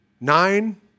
nine